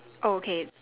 okay